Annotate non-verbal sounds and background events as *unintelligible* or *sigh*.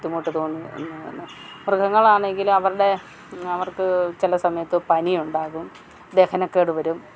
ബുദ്ധിമുട്ട് തോന്നി *unintelligible* മൃഗങ്ങളാണെങ്കിലും അവരുടെ അവർക്ക് ചില സമയത്ത് പനിയുണ്ടാകും ദഹനക്കേട് വരും